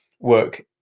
work